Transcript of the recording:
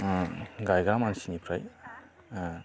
ओम गायग्रा मानसिनिफ्राय ओ